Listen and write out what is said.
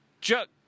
Chuck